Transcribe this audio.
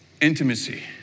Intimacy